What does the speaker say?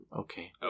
Okay